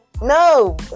no